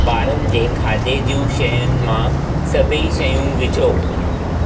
ॿारनि जे खाधे जूं शयुनि मां सभई शयूं विझो